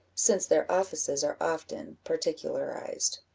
since their offices are often particularized.